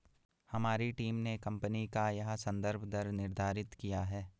हमारी टीम ने कंपनी का यह संदर्भ दर निर्धारित किया है